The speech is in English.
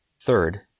Third